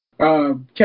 Kevin